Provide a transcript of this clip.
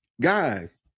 guys